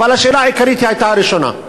אבל השאלה העיקרית הייתה הראשונה.